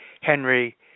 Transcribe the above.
Henry